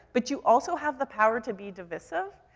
but you also have the power to be divisive.